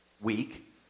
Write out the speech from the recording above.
week